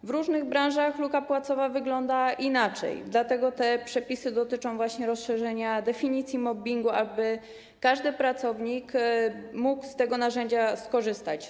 W różnych branżach luka płacowa wygląda inaczej, dlatego te przepisy dotyczą właśnie rozszerzenia definicji mobbingu, tak aby każdy pracownik mógł z tego narzędzia skorzystać.